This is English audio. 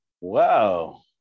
wow